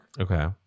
Okay